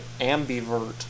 ambivert